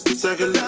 sekkle,